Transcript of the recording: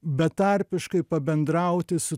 betarpiškai pabendrauti su